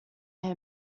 him